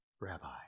Rabbi